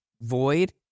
void